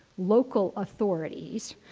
local authorities,